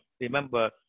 Remember